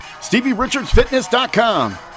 StevieRichardsFitness.com